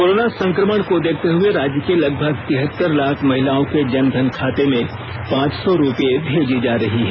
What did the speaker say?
corona संकमण को देखते हुए राज्य के लगभग तिहत्तर लाख महिलाओं के जनधन खाते में पांच सौ रुपये भेजी जा रही है